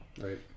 Right